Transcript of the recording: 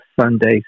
Sunday